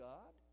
God